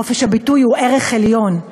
חופש הביטוי הוא ערך עליון,